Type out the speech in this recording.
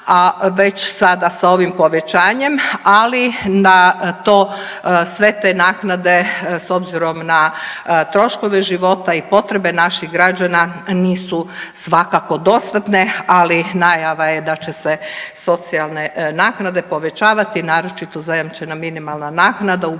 već sada sa ovim povećanjem, ali na to, sve te naknade s obzirom na troškove života i potrebe naših građana nisu svakako dostatne, ali najava je da će se socijalne naknade povećavati, naročito zajamčena minimalna naknada